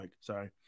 Sorry